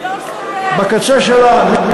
זה לא סותר, זה לא סותר.